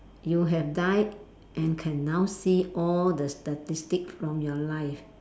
you have died and can now see all the statistics from your life